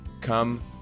Come